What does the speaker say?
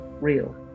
real